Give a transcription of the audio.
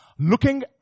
Looking